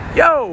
yo